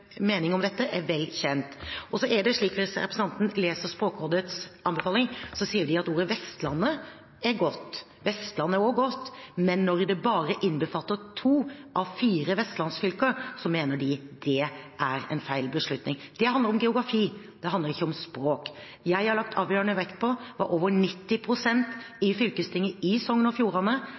mening om dette er vel kjent. Hvis representanten leser Språkrådets anbefaling, ser han at de sier at ordet Vestlandet er godt, Vestland også er godt, men når det bare innbefatter to av fire vestlandsfylker, mener de det er en feil beslutning. Det handler om geografi – det handler ikke om språk. Jeg har lagt avgjørende vekt på hva over 90 pst. i fylkestinget i Sogn og Fjordane